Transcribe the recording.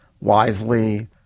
wisely